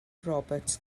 roberts